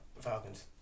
Falcons